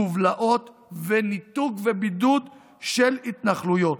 מובלעות וניתוק ובידוד של התנחלויות.